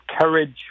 courage